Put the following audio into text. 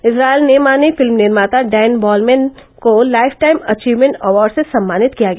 Israel ने माने film निर्माता डैन वॉलमेन को लाइफटाइम अचीवमेंट अवार्ड से सम्मानित किया गया